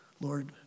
Lord